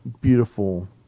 beautiful